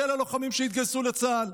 כולל הלוחמים שהתגייסו לצה"ל.